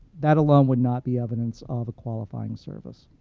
that alone would not be evidence of a qualifying service.